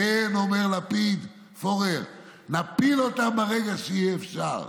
כן", אומר לפיד, "נפיל אותם ברגע שיהיה אפשר".